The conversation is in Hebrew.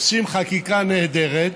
עושים חקיקה נהדרת,